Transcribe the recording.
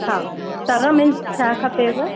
हा तर में छा खपेव